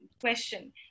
question